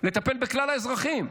לטפל בכלל האזרחים,